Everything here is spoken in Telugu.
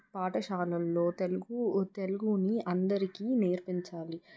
పాఠశాలల్లో తెలుగు తెలుగుని అందరికి నేర్పించాలి